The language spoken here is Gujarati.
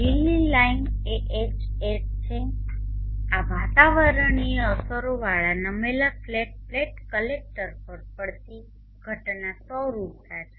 લીલી લાઇન એ Hat છે આ વાતાવરણીય અસરોવાળા નમેલા ફ્લેટ પ્લેટ કલેક્ટર પર પડતી ઘટના સૌર ઊર્જા છે